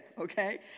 okay